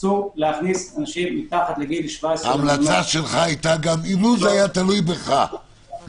אסור להכניס אנשים מתחת לגיל 17. לו זה תלוי בך,